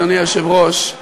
אדוני היושב-ראש,